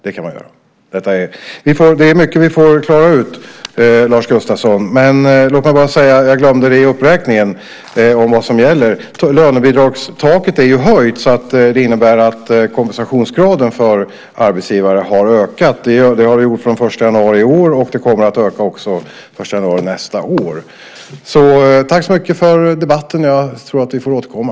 Det är mycket som vi får klara ut, Lars Gustafsson. Jag glömde en sak i uppräkningen, så låt mig bara säga vad som gäller. Lönebidragstaket är höjt, så det innebär att kompensationsgraden för arbetsgivare har ökat. Det har den gjort från den 1 januari i år, och den kommer att öka också från den 1 januari nästa år. Tack så mycket för debatten! Jag tror att vi får återkomma.